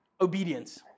Obedience